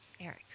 Eric